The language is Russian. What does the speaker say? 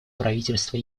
правительство